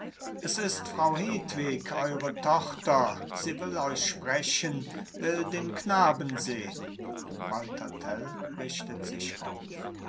es ist frau hedwig eure tochter sie will euch sprechen will den knaben sehn walther tell richtet sich auf